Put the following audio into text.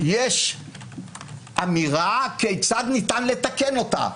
יש אמירה כיצד ניתן לתקן אותה,